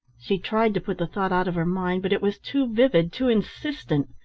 she tried to put the thought out of her mind, but it was too vivid, too insistent.